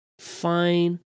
fine